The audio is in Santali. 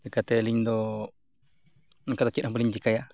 ᱪᱮᱠᱟᱛᱮ ᱟᱹᱞᱤᱧ ᱫᱚ ᱚᱱᱠᱟ ᱫᱚ ᱪᱮᱫᱦᱚᱸ ᱵᱟᱹᱞᱤᱧ ᱪᱮᱠᱟᱭᱟ